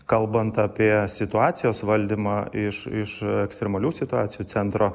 kalbant apie situacijos valdymą iš iš ekstremalių situacijų centro